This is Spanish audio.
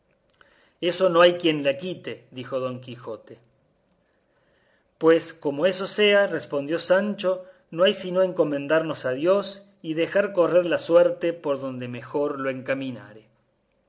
eso no hay quien la quite dijo don quijote pues como eso sea respondió sancho no hay sino encomendarnos a dios y dejar correr la suerte por donde mejor lo encaminare